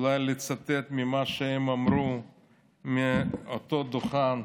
אולי לצטט ממה שהם אמרו מעל אותו דוכן,